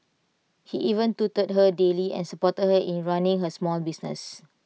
he even tutored her daily and supported her in running her small business